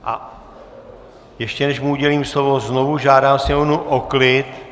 A ještě než mu udělím slovo, znovu žádám sněmovnu o klid.